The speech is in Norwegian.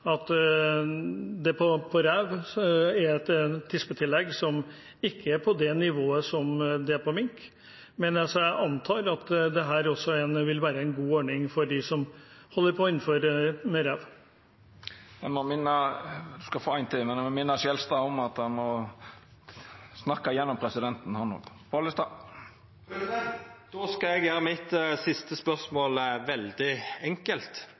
om dette, at det på rev er et tispetillegg som ikke er på det nivået som det er på mink. Men jeg antar at dette også vil være en god ordning for dem som holder på med rev. Då skal eg gjera mitt siste spørsmål veldig enkelt: